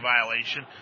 violation